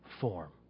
form